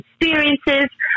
experiences